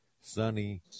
sunny